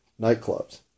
nightclubs